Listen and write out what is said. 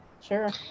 sure